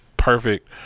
Perfect